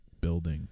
building